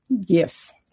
Yes